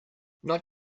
not